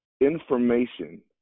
information